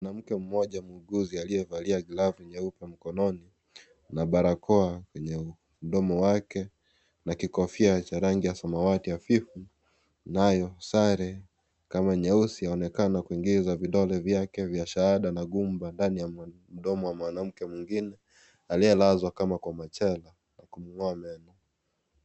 Mwanamke mmoja muuguzi aliyevalia glavu nyeupe mkononi na barakoa kwenye mdomo wake na kikofia cha rangi ya samawati hafifu nayo sare kama nyeusi aonekana kuingiza vidole vyake vya shahada na gumba ndani ya mdomo wa mwanamke mwingine aliyelazwa kama kwa machela na kumng'oa meno.